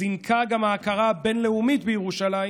זינקה גם ההכרה הבין-לאומית בירושלים